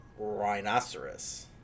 rhinoceros